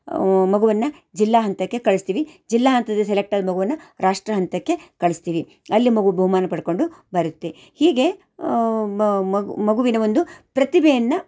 ಮಗುವನ್ನು ಜಿಲ್ಲಾ ಹಂತಕ್ಕೆ ಕಳಿಸ್ತೀವಿ ಜಿಲ್ಲಾ ಹಂತದಲ್ಲಿ ಸೆಲೆಕ್ಟಾದ ಮಗುವನ್ನು ರಾಷ್ಟ್ರ ಹಂತಕ್ಕೆ ಕಳಿಸ್ತೀವಿ ಅಲ್ಲಿ ಮಗು ಬಹುಮಾನ ಪಡೆಕೊಂಡು ಬರುತ್ತೆ ಹೀಗೇ ಮಗು ಮಗುವಿನ ಒಂದು ಪ್ರತಿಭೆಯನ್ನು